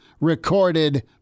recorded